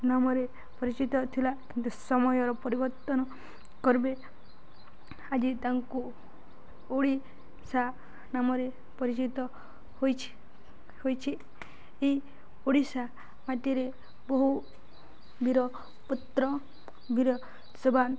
ନାମରେ ପରିଚିତ ଥିଲା କିନ୍ତୁ ସମୟର ପରିବର୍ତ୍ତନ କରିବେ ଆଜି ତାଙ୍କୁ ଓଡ଼ିଶା ନାମରେ ପରିଚଳିତ ହୋଇଛି ହେଇଛି ଏଇ ଓଡ଼ିଶା ମାଟିରେ ବହୁ ବୀର ପୁତ୍ର ବୀର ସେବାନ୍